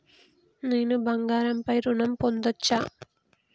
నేను బంగారం పై ఋణం పొందచ్చా?